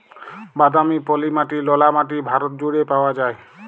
বাদামি, পলি মাটি, ললা মাটি ভারত জুইড়ে পাউয়া যায়